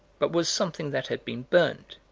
but was something that had been burned.